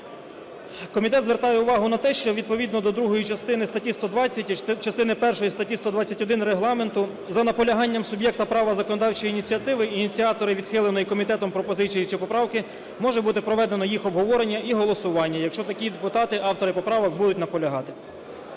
Комітет звертає увагу на те, що, відповідно до другої частини статті 120 і частини першої статті 121 Регламенту, за наполяганням суб'єкта права законодавчої ініціативи ініціатором відхиленої комітетом пропозиції чи поправки може бути проведено їх обговорення і голосування, якщо такі депутати - автори поправок будуть наполягати.